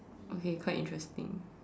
okay quite interesting